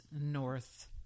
north